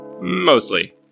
Mostly